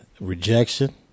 Rejection